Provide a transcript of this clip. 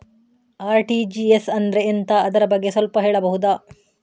RTGS ಅಂದ್ರೆ ಎಂತ ಅದರ ಬಗ್ಗೆ ಸ್ವಲ್ಪ ಹೇಳಬಹುದ?